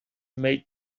make